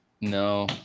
No